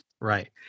Right